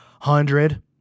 Hundred